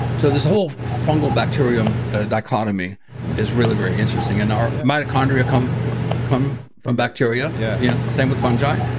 so this whole fungal bacterium dichotomy is really very interesting. and our mitochondria come come from bacteria, yeah yeah same with fungi.